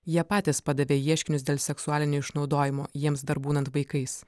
jie patys padavė ieškinius dėl seksualinio išnaudojimo jiems dar būnant vaikais